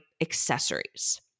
accessories